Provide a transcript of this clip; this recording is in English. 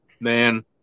man